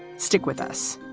stick with us